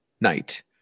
night